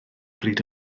bryd